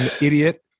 idiot